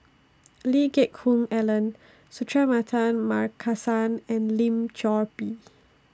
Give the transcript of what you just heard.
Lee Geck Hoon Ellen Suratman Markasan and Lim Chor Pee